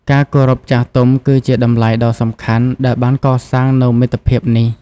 ការគោរពចាស់ទុំ គឺជាតម្លៃដ៏សំខាន់ដែលបានកសាងនូវមិត្តភាពនេះ។